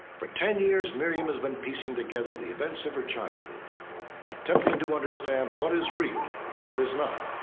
for ten years, miriam has been piecing together the events of her childhood attempting to understand what is real and what is not.